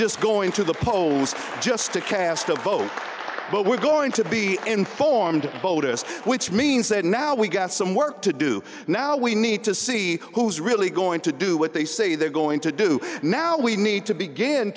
just going to the polls just to cast a vote but we're going to be informed voters which means that now we've got some work to do now we need to see who's really going to do what they say they're going to do now we need to begin